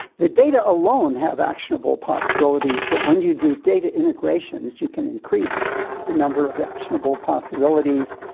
the data alone have actionable possibilities, but when you do data integrations you can increase the number of actionable possibilities,